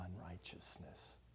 unrighteousness